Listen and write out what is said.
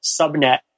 subnet